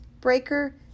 Breaker